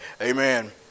Amen